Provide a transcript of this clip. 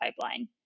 pipeline